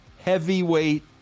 heavyweight